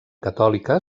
catòlica